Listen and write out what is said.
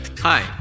Hi